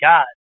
God